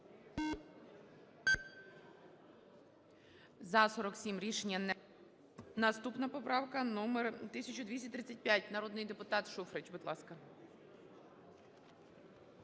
За-47 Рішення не прийнято. Наступна поправка номер 1235, народний депутат Шуфрич. Будь ласка.